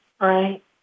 right